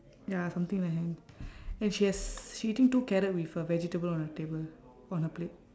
ya something in her hand and she has she eating two carrot with a vegetable on her table on her plate